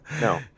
No